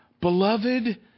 Beloved